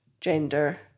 gender